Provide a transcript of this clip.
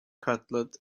cutlet